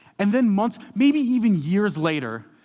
and then months, maybe even years, later,